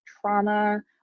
trauma